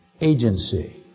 agency